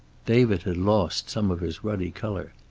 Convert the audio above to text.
david had lost some of his ruddy color.